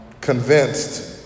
convinced